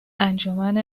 انجمن